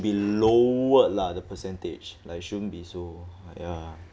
be lowered lah the percentage like shouldn't be so ya